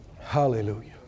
Hallelujah